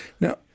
Now